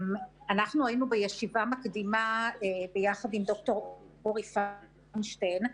אנחנו היינו בישיבה מקדימה ביחד עם ד"ר אורי פיינשטיין.